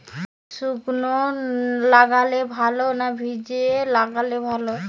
বীজ শুকনো লাগালে ভালো না ভিজিয়ে লাগালে ভালো?